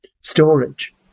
storage